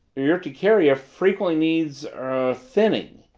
urticaria frequently needs er thinning,